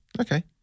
Okay